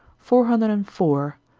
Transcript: four hundred and four.